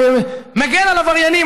המגן על עבריינים?